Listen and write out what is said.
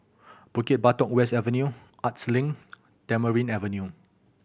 Bukit Batok West Avenue Arts Link Tamarind Avenue